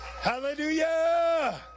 Hallelujah